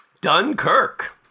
Dunkirk